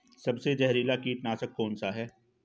सबसे जहरीला कीटनाशक कौन सा है?